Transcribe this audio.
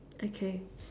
okay